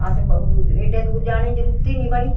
असें एड्डे दूर जाने दी जरूरत ई नी बनी